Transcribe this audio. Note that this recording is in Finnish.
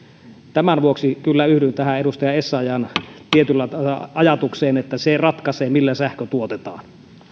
tämän vuoksi kyllä yhdyn tähän edustaja essayahn ajatukseen että se ratkaisee millä sähkö tuotetaan